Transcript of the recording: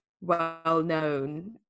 well-known